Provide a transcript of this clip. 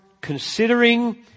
considering